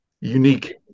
unique